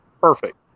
perfect